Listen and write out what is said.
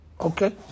Okay